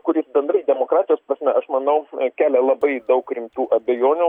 kuris bendrai demokratijos prasme aš manau nekelia labai daug rimtų abejonių